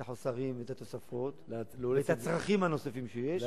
את החוסרים ואת התוספות והצרכים הנוספים שיש,